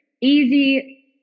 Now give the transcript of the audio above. easy